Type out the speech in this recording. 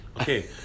Okay